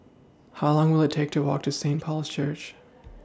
How Long Will IT Take to Walk to Saint Paul's Church